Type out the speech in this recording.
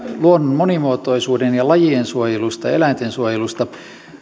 luonnon monimuotoisuuden ja lajien suojelusta eläintensuojelusta